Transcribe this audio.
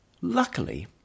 Luckily